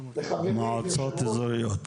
המועצות האזוריות.